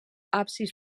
absis